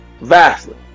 Vastly